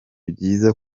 byiza